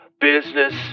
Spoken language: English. Business